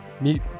Meet